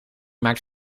maakt